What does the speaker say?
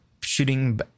shooting